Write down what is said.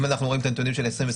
אם אנחנו רואים את הנתונים של 2021,